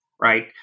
right